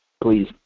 Please